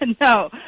no